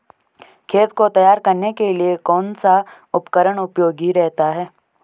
खेत को तैयार करने के लिए कौन सा उपकरण उपयोगी रहता है?